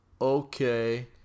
okay